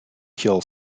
kill